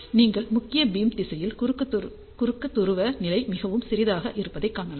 நீங்கள் முக்கிய பீம் திசையில் குறுக்கு துருவ நிலை மிகவும் சிறியதாக இருப்பதை காணலாம்